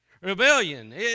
Rebellion